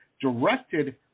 directed